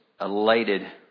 elated